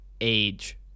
age